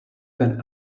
than